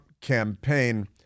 campaign